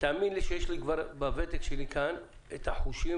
תאמין לי שבוותק שלי כאן יש לי כבר את החושים